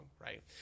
Right